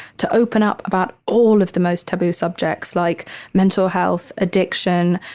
to open up about all of the most taboo subjects like mental health, addiction,